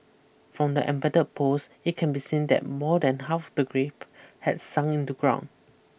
from the embed post it can be seen that more than half the grave had sunk into ground